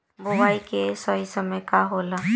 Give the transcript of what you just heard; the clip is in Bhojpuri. बुआई के सही समय का होला?